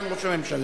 סגן ראש הממשלה.